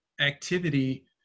activity